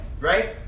right